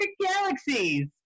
galaxies